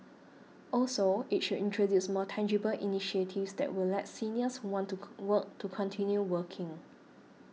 also it should introduce more tangible initiatives that will let seniors who want to work to continue working